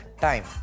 time